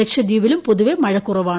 ലക്ഷദ്വീപിലും പൊതുവേ മഴ കുറവാണ്